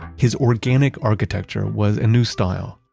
his organic architecture was a new style,